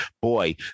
boy